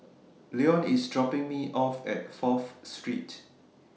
Leon IS dropping Me off At Fourth Street